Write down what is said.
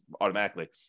automatically